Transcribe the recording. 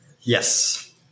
Yes